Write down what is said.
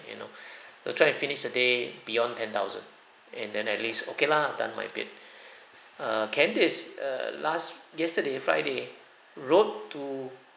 you know to try and finish the day beyond ten thousand and then at least okay lah done my bit err candace err last yesterday friday rode to